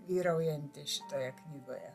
vyraujanti šitoje knygoje